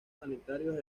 sanitarios